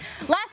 Last